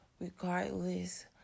regardless